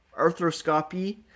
arthroscopy